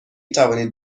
توانید